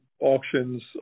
auctions